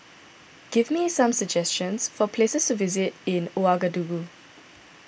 give me some suggestions for places visit in Ouagadougou